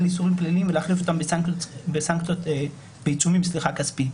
איסורים פליליים ולהחליף אותם בעיצומים כספיים.